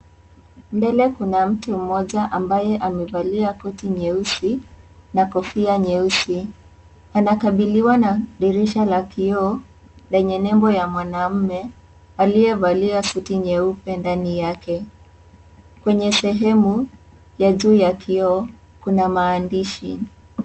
Mbele kuna mtu mmoja ambaye amevalia koti nyeusi na kofia nyeusi. Anakabiliwa na dirisha la kioo lenye nembo ya mwanaume aliyevalia suti nyeupe ndani yake. Kwenye sehemu ya juu ya kioo kuna maandishi.